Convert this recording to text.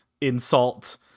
insult